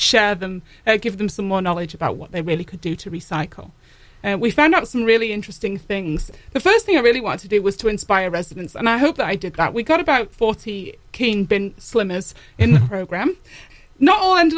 share them give them some more knowledge about what they really could do to recycle and we found out some really interesting things the first thing i really wanted to do was to inspire residents and i hope i did that we got about forty king been slim is in program no